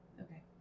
Okay